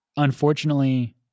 unfortunately